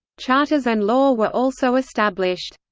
charters and law were also established.